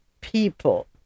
people